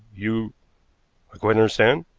you i quite understand,